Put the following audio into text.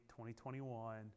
2021